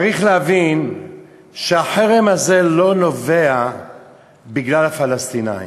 צריך להבין שהחרם הזה אינו בגלל הפלסטינים.